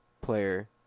player